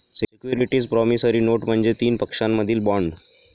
securities promissory note म्हणजे तीन पक्षांमधील बॉण्ड